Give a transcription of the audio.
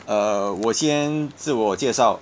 err 我先自我介绍